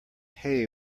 hay